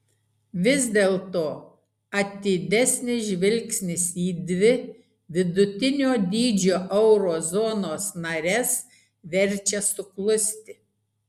vis dėlto atidesnis žvilgsnis į dvi vidutinio dydžio euro zonos nares verčia suklusti